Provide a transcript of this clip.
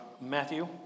Matthew